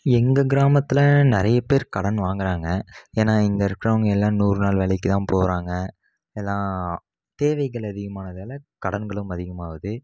எங்கள் கிராமத்தில் நிறைய பேர் கடன் வாங்கிறாங்க ஏன்னால் இங்கே இருக்கிறவங்க எல்லாம் நூறு நாள் வேலைக்குதான் போகிறாங்க எல்லாம் தேவைகள் அதிகமானதால் கடன்களும் அதிகமாகுது